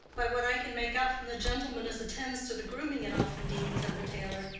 by what i can make out from the gentleman as attends to the grooming at offendene, said the tailor,